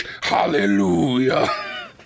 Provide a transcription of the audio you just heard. Hallelujah